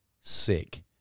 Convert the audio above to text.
sick